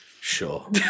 Sure